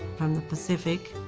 from the pacific.